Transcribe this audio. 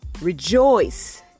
Rejoice